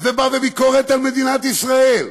ובא בביקורת על מדינת ישראל.